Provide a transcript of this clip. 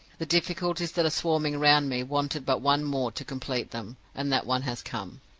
the difficulties that are swarming round me wanted but one more to complete them, and that one has come.